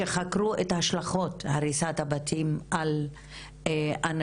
שחקרו את ההשלכות של הריסות הבתים על הנשים,